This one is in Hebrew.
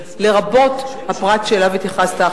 לרבות הפרט שאליו התייחסת.